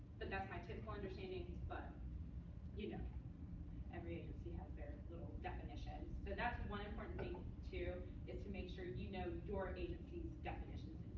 but that's my typical understanding. but you know every agency has their little definitions. so that's one important thing, too is to make sure you know your agency's definitions